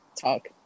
talk